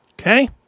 Okay